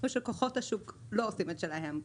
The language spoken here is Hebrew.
מפני שכוחות השוק לא עושים את שלהם.